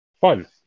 Fun